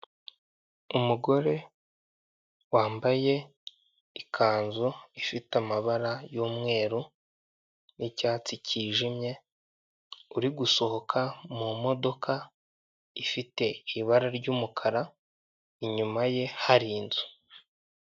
Umugore wambaye ikanzu ifite amabara y'umweru n'icyatsi kijimye uri gusohoka mu modoka ifite ibara ry'umukara inyuma ye hari inzu.